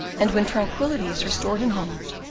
and when tranquillity is restored in holland,